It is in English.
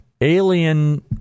alien